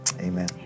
Amen